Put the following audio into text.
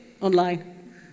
online